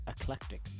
eclectic